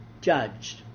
judged